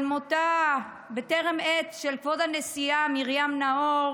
על מותה בטרם עת של כבוד הנשיאה מרים נאור